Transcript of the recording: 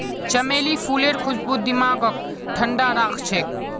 चमेली फूलेर खुशबू दिमागक ठंडा राखछेक